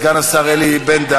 ישיב על ההצעות סגן השר אלי בן-דהן.